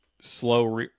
slow